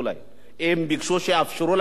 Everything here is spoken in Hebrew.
הם ביקשו שיאפשרו להם לעבוד.